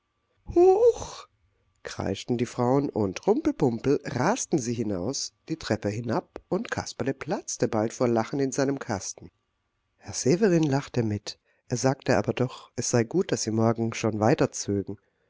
kreischten die frauen und rumpel pumpel rasten sie hinaus die treppe hinab und kasperle platzte bald vor lachen in seinem kasten herr severin lachte mit er sagte aber doch es sei gut daß sie morgen schon weiterzögen